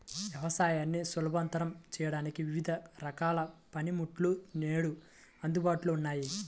వ్యవసాయాన్ని సులభతరం చేయడానికి వివిధ రకాల పనిముట్లు నేడు అందుబాటులో ఉన్నాయి